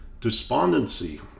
despondency